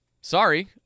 sorry